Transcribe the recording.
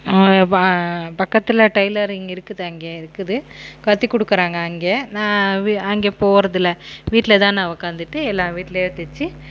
பக்கத்தில் டைலரிங் இருக்குது அங்கே இருக்குது கத்திக்கொடுக்குறாங்க அங்கே நான் அங்கே போகிறதில்ல வீட்டில் தான் நான் உக்காந்துட்டு எல்லாம் வீட்டிலேயே தச்சு